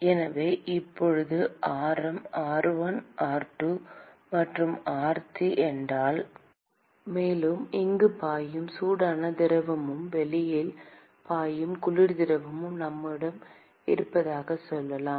எனவே இப்போது ஆரம் r1 r2 மற்றும் r3 என்றால் மேலும் இங்கு பாயும் சூடான திரவமும் வெளியில் பாயும் குளிர் திரவமும் நம்மிடம் இருப்பதாகச் சொல்லலாம்